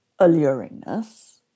alluringness